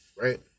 right